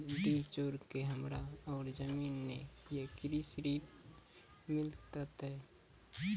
डीह छोर के हमरा और जमीन ने ये कृषि ऋण मिल सकत?